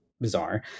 bizarre